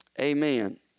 Amen